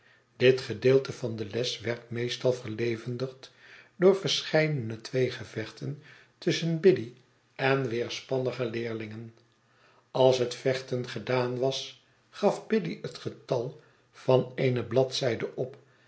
dit gedeelte van de les werd meestal verlevendigd door verscheidene tweegevechten tusschen biddyen weerspannige leerlingen als het vechten gedaan was gaf biddy het getal van eene bladzijde op